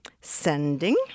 Sending